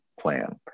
plan